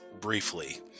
briefly